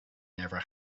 never